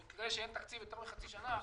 למקרה שאין תקציב יותר מחצי שנה,